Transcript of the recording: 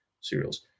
cereals